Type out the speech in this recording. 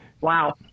Wow